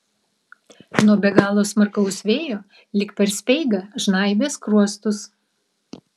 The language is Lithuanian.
nuo be galo smarkaus vėjo lyg per speigą žnaibė skruostus